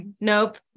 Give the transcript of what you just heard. Nope